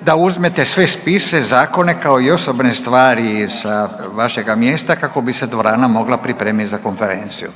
da uzmete sve spise, zakone kao i osobne stvari sa vašega mjesta kako bi se dvorana mogla pripremiti za konferenciju.